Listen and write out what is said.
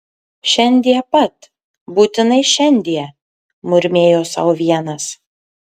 šiandie pat būtinai šiandie murmėjo sau vienas